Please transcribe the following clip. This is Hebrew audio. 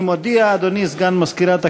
אני מודיע, אדוני סגן מזכירת הכנסת,